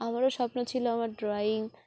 আমারও স্বপ্ন ছিল আমার ড্রয়িং